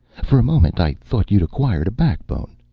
for a moment i thought you'd acquired a backbone.